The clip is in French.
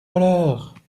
voleurs